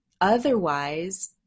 otherwise